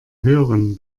hören